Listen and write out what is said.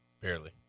Barely